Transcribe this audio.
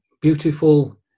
beautiful